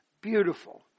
Beautiful